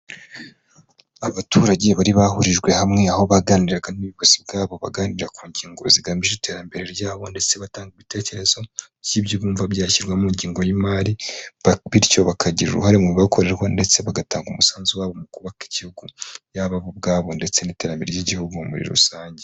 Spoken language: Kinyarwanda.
Abaturage bari bahurijwe hamwe, aho baganiraga n'ubuyobozi bwabo, baganira ku ngingo zigamije iterambere ryabo ndetse batanga ibitekerezo by'ibyo bumva byashyirwa mu ngengo y'imari bityo bakagira uruhare mu bibakorerwa ndetse bagatanga umusanzu wabo, mu kubaka igihugu yaba ubwabo ndetse n'iterambere ry'igihugu muri rusange.